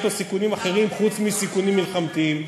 יש בו סיכונים אחרים חוץ מסיכונים מלחמתיים: